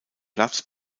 platz